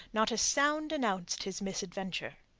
not a sound announced his misadventure.